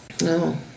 No